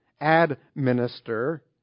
administer